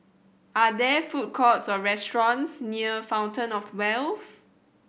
are there food courts or restaurants near Fountain Of Wealth